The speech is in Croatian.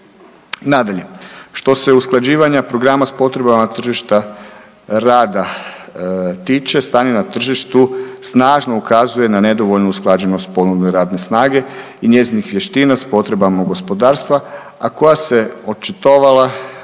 Nadalje, što se usklađivanja programa s potrebama tržišta rada tiče stanje na tržištu snažno ukazuje na nedovoljnu usklađenost ponude radne snage i njezinih vještina s potrebama gospodarstva, a koja se očitovala